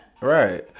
Right